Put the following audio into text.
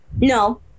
no